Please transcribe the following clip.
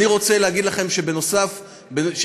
אני רוצה להגיד לכם שנוסף על זה,